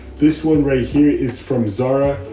this one right here is from zara.